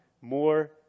more